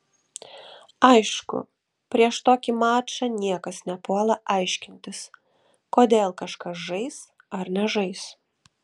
aišku prieš tokį mačą niekas nepuola aiškintis kodėl kažkas žais ar nežais